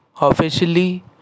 officially